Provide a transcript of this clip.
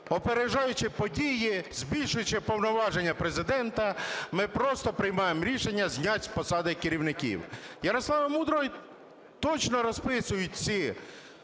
опереджаючи події, збільшуючи повноваження Президента, ми просто приймаємо рішення зняти з посади керівників. Ярослава Мудрого точно розписують ці